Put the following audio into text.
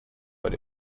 but